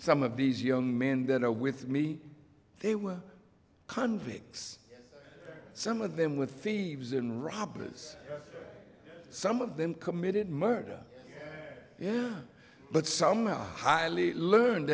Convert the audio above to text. some of these young men that are with me they were convicts some of them with thieves and robbers some of them committed murder but some highly learned